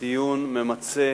דיון ממצה